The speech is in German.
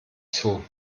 zoo